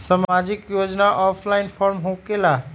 समाजिक योजना offline form होकेला?